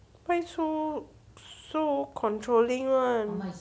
why so so controlling [one]